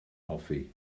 hoffi